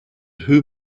whom